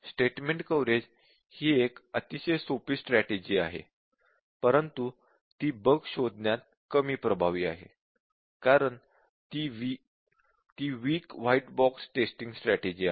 statement coverage ही एक अतिशय सोपी स्ट्रॅटेजि आहे परंतु ती बग शोधण्यात कमी प्रभावी आहे कारण ती weak white box testing strategy आहे